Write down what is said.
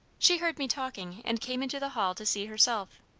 she heard me talking, and came into the hall to see herself.